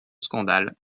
scandale